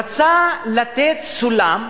רצה לתת סולם,